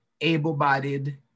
able-bodied